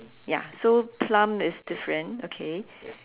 ya so plum is different okay